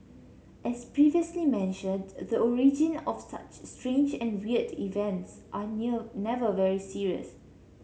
as previously mentioned the origin of such strange and weird events are near never very serious